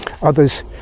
Others